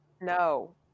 No